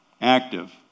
Active